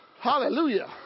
Hallelujah